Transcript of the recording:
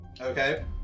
Okay